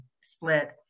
split